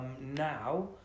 now